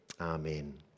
Amen